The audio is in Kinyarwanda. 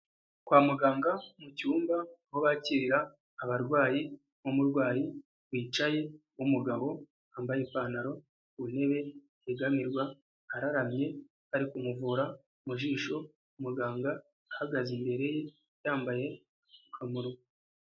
Kwa muganga mu cyumba aho bakirira abarwayi, harimo umurwayi wicaye w'umugabo yambaye ipantaro ku ntebe yegamirwa, araramye ari kumuvura mu jisho muganga ahagaze imbere ye yambaye agapfukamunwa.